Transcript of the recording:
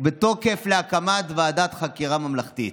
ובתוקף להקמת ועדת חקירה ממלכתית.